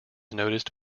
noticed